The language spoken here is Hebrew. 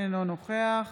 אינו נוכח